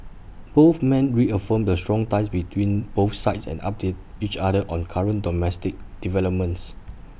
both men reaffirmed the strong ties between both sides and updated each other on current domestic developments